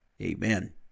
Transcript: Amen